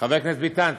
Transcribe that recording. חבר הכנסת ביטן,